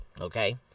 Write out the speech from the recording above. Okay